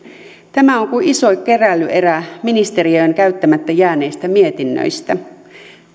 tämä on kuin iso keräilyerä ministeriöön käyttämättä jääneistä mietinnöistä